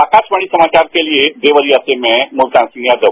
आकाशवाणी समाचार के लिए देवरिया सें मैं मुलतान सिहं यादव